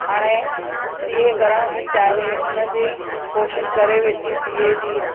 हाणे सीए करण थी चाहे उनजी कोशिशि करे वेठी सीए जी